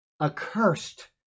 accursed